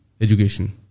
education